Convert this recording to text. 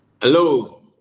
Hello